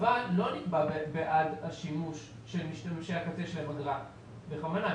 אבל לא נגבה בעד השימוש של משתמשי הקצה שלהם אגרה.